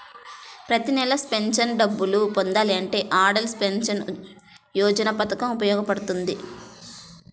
ప్రతి నెలా పెన్షన్ డబ్బులు పొందాలంటే అటల్ పెన్షన్ యోజన పథకం ఉపయోగపడుతుంది